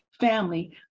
family